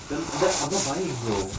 that's I'm not buying bro